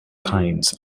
kinds